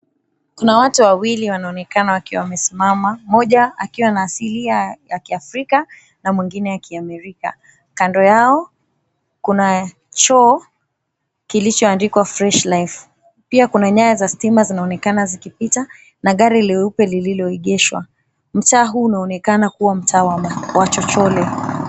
Kuna watu wawili wanaonekana wakiwa wamesimama. Mmoja akiwa na asilia ya Kiafrika na mwingine ya Kiserikali. Kando yao kuna choo kilichoandikwa, Fresh Life. Pia kuna nyaya za stima zinaonekana zikipita na gari leupe lililoegeshwa. Mtaa huu unaonekana kuwa mtaa wa chochole.